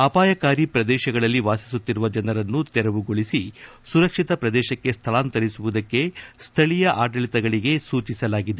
ಅಪಾಯಕಾರಿ ಪ್ರದೇಶಗಳಲ್ಲಿ ವಾಸಿಸುತ್ತಿರುವ ಜನರನ್ನು ತೆರವುಗೊಳಿಸಿ ಸುರಕ್ಷಿತ ಪ್ರದೇಶಕ್ಕೆ ಸ್ಥಳಾಂತರಿಸುವುದಕ್ಕೆ ಸ್ಥಳೀಯ ಆಡಳಿತಗಳಿಗೆ ಸೂಚಿಸಲಾಗಿದೆ